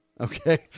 Okay